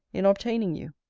in obtaining you.